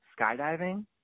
Skydiving